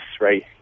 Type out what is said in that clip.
right